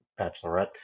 Bachelorette